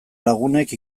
lagunek